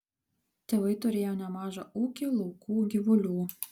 tėvai turėjo nemažą ūkį laukų gyvulių